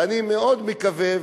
ואני מאוד מקווה,